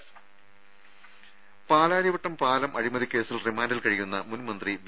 രും പാലാരിവട്ടം പാലം അഴിമതി കേസിൽ റിമാന്റിൽ കഴിയുന്ന മുൻമന്ത്രി വി